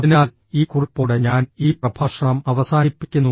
അതിനാൽ ഈ കുറിപ്പോടെ ഞാൻ ഈ പ്രഭാഷണം അവസാനിപ്പിക്കുന്നു